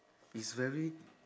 it's very